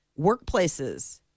workplaces